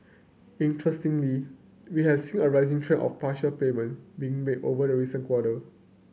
interestingly we have seen a rising trend of partial payment being made over the recent quarter